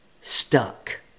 stuck